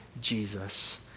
Jesus